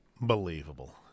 believable